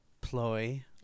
ploy